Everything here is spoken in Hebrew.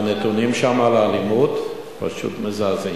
והנתונים שם על האלימות פשוט מזעזעים.